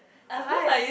why